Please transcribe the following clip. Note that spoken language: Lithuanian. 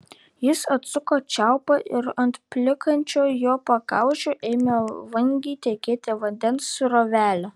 jis atsuko čiaupą ir ant plinkančio jo pakaušio ėmė vangiai tekėti vandens srovelė